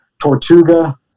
Tortuga